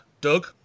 Doug